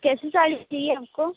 कैसी साड़ी चाहिए आपको